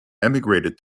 emigrated